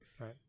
Right